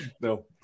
no